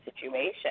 situation